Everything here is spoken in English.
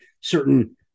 certain